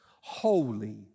holy